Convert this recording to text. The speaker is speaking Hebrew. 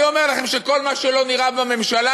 אני אומר לכם שכל מה שלא נראה בממשלה,